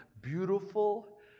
beautiful